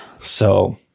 So-